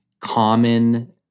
common